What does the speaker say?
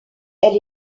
elle